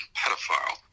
pedophile